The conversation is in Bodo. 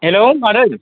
हेल्ल' मादै